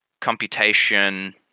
computation